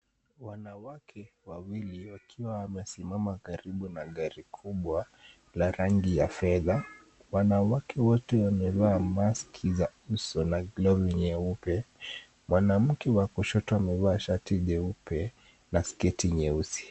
Wanawake wawili wakiwa wamesimama karibu na gari kubwa la rangi ya fedha. Wanawake wote wamevaa maski za uso na glovu nyeupe. Mwanamke wa kushoto amevaa shati jeupe na skati nyeusi.